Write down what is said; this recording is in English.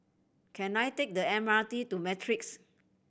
can I take the M R T to Matrix